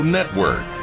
Network